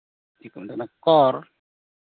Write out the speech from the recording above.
ᱪᱮᱫ ᱠᱚ ᱢᱮᱛᱟᱜ ᱠᱚᱨ